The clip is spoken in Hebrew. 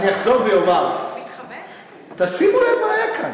אני אחזור ואומר, תשימו לב מה היה כאן.